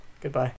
Goodbye